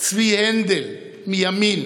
צבי הנדל מימין